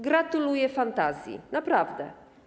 Gratuluję fantazji, naprawdę.